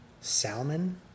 salmon